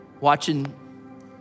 Watching